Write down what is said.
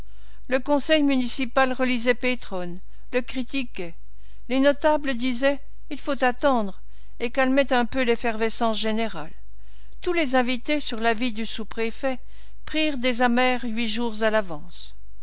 le conseil municipal relisait pétrone le critiquait les notables disaient il faut attendre et calmaient un peu l'effervescence générale tous les invités sur l'avis du sous-préfet prirent des amers huit jours à l'avance